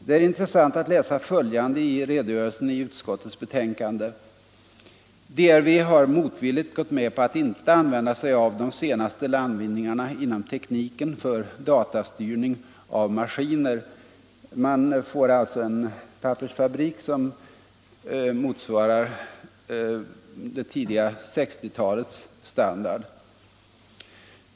Det är intressant att läsa följande i redogörelsen i utskottets betänkande: ”DRV har motvilligt gått med på att inte använda sig av de senaste landvinningarna inom tekniken för datastyrning av maskiner.” Man får alltså en pappersfabrik som motsvarar det tidiga 1960-talets standard.